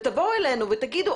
תבואו אלינו ותגידו,